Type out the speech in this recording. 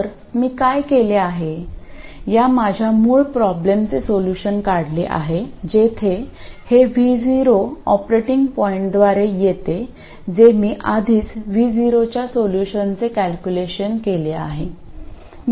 तर मी काय केले आहे या माझ्या मूळ प्रॉब्लेमचे सोल्युशन काढले आहे जेथे हे V0 ऑपरेटिंग पॉईंटद्वारे येते जे मी आधीच V0 च्या सोल्युशनचे कॅल्क्युलेशन केले आहे